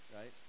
right